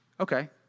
Okay